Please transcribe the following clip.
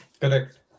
Correct